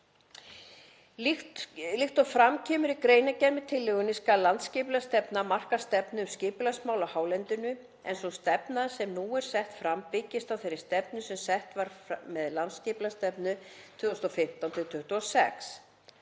Líkt og fram kemur í greinargerð með tillögunni skal í landsskipulagsstefnu marka stefnu um skipulagsmál á hálendinu, en sú stefna sem nú er sett fram byggist á þeirri stefnu sem sett var með landsskipulagsstefnu 2015–2026.